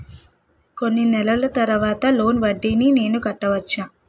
కొన్ని నెలల తర్వాత లోన్ వడ్డీని నేను కట్టవచ్చా?